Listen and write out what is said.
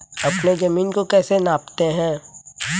अपनी जमीन को कैसे नापते हैं?